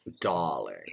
Darling